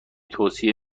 توصیه